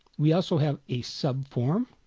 we also have a subform